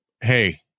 hey